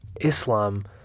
Islam